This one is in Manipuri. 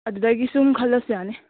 ꯑꯗꯨꯗꯒꯤ ꯁꯨꯝ ꯈꯜꯂꯁꯨ ꯌꯥꯅꯤ